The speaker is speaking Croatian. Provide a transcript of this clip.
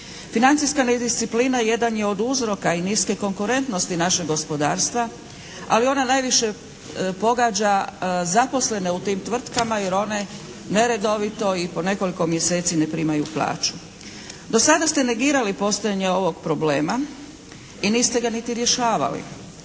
Financijska nedisciplina jedan je od uzroka i niske konkurentnosti našeg gospodarstva ali ona najviše pogađa zaposlene u tim tvrtkama jer one neredovito i po nekoliko mjeseci ne primaju plaću. Do sada ste negirali postojanje ovog problema i niste ga niti rješavali.